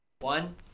One